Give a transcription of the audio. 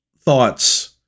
thoughts